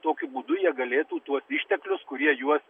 tokiu būdu jie galėtų tuos išteklius kurie juos